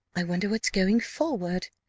i wonder what's going forward.